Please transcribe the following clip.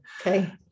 Okay